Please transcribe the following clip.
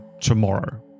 Tomorrow